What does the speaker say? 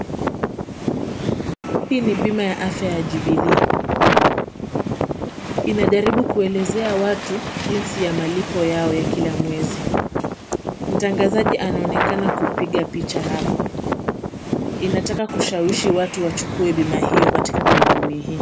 Hii ni bima ya afya ya Jubilee. Inajaribu kuelezea watu jinsi ya malipo yao ya kila mwezi. Mtangazaji anaoenakana kupiga picha hapo. Inataka kushawishi watu wachukue bima hio katika kampuni hii.